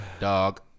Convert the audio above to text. Dog